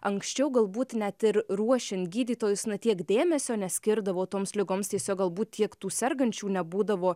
anksčiau galbūt net ir ruošiant gydytojus na tiek dėmesio neskirdavo toms ligoms tiesiog galbūt tiek tų sergančių nebūdavo